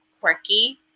quirky